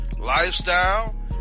Lifestyle